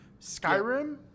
Skyrim